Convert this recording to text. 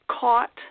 caught